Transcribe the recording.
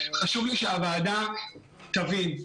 חשוב לי שהוועדה תבין.